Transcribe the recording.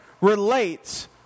relates